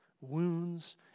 wounds